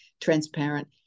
transparent